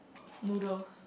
noodles